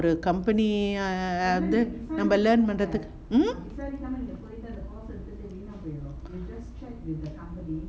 company வந்து:vanthu mm